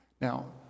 Now